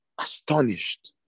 astonished